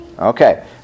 Okay